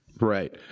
Right